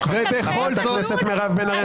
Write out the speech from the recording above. --- חברת הכנסת מירב בן ארי,